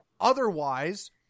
Otherwise